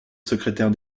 secrétaire